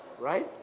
Right